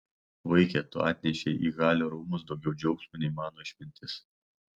vaike tu atnešei į halio rūmus daugiau džiaugsmo nei mano išmintis